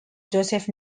joseph